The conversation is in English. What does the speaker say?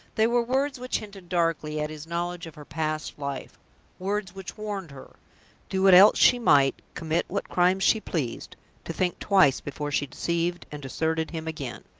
they were words which hinted darkly at his knowledge of her past life words which warned her do what else she might, commit what crimes she pleased to think twice before she deceived and deserted him again.